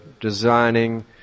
designing